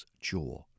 jaw